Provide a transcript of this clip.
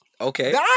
Okay